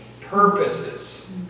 purposes